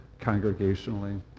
congregationally